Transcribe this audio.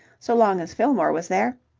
so long as fillmore was there.